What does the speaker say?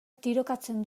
tirokatzen